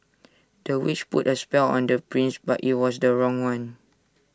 the witch put A spell on the prince but IT was the wrong one